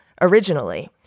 originally